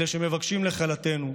אלה שמבקשים לכלותנו,